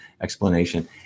explanation